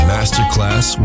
Masterclass